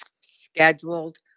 scheduled